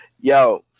Yo